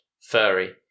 furry